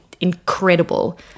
incredible